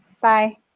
Bye